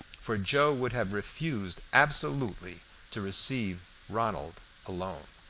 for joe would have refused absolutely to receive ronald alone.